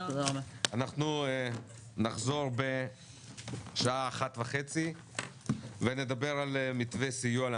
הישיבה ננעלה בשעה 12:12.